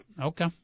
Okay